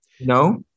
no